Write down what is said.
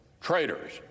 traitors